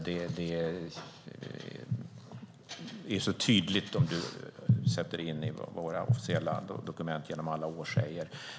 Det är så tydligt om du sätter dig in i vad som sägs i våra officiella dokument genom alla år.